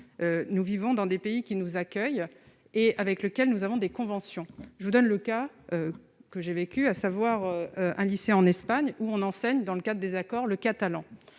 nous vivons dans des pays qui nous accueille, et avec lequel nous avons des conventions, je vous donne le cas que j'ai vécu, à savoir un lycée en Espagne où on enseigne dans le cas des accords, le Catalan,